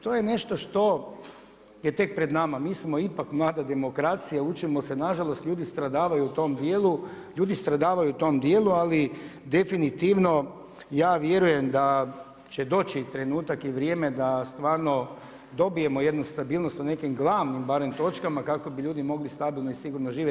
To je nešto što je tek pred nama, mi smo ipak mlada demokracija, učimo se nažalost, ljudi stradavaju u tom dijelu, ljudi stradavaju u tom dijelu ali definitivno ja vjerujem da će doći i trenutak i vrijeme da stvarno dobijemo jednu stabilnost o nekim glavnim barem točkama kako bi ljudi mogli stabilno i sigurno živjeti.